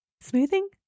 smoothing